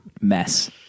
mess